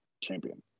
champion